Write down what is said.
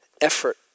effort